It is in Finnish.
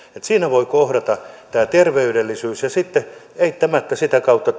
siinä voi kohdata terveydellisyys sen että eittämättä sitä kautta